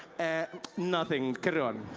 ah, nothing. carry on,